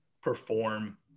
perform